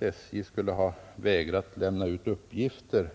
SJ skulle ha vägrat lämna ut begärda uppgifter.